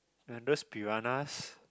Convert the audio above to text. aren't those piranhas